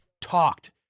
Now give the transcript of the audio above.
talked